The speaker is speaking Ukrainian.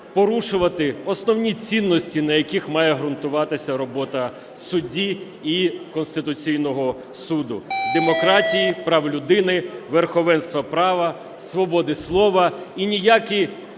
порушувати основні цінності, на яких має ґрунтуватися робота судді і Конституційного суду, – демократії, прав людини, верховенства права, свободи слова. І ніякі